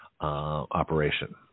operation